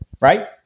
right